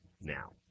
now